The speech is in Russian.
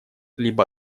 либо